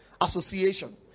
Association